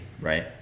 right